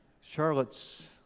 Charlotte's